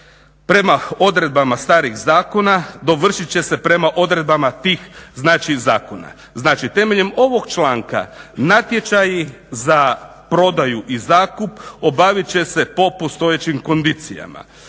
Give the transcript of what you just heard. prema odredbama starih zakona dovršit će se prema odredbama tih znači zakona. Znači, temeljem ovog članka natječaji za prodaju i zakup obavit će se po postojećim kondicijama.